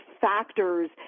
factors